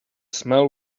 smell